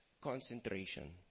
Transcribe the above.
concentration